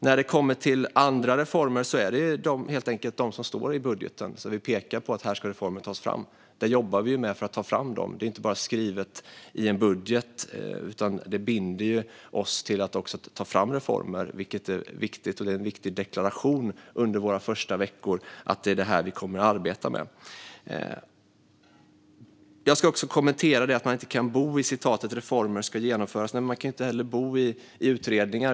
I budgeten finns det även med andra reformer, och vi jobbar för att ta fram dem. Det står inte bara skrivet i budgeten, utan den förbinder oss också till att faktiskt ta fram reformer. Det är en viktig deklaration under våra första veckor att det är det här vi kommer att arbeta med. Jag ska också kommentera det som Denis Begic sa om att man inte kan bo i "reformer som ska genomföras". Nej, och man kan inte heller bo i utredningar.